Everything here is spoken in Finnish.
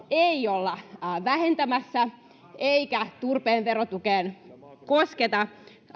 ei olla vähentämässä eikä turpeen verotukeen kosketa